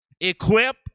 equip